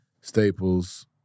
Staples